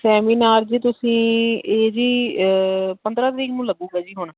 seminar ਜੀ ਤੁਸੀਂ ਏ ਜੀ ਪੰਦਰਾਂ ਤਰੀਕ ਨੂੰ ਲੱਗੇਗਾ ਜੀ ਹੁਣ